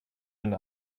and